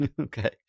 Okay